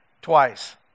twice